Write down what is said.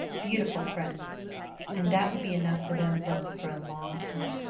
beautiful friends and that would be enough for them both for a long time.